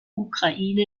ukraine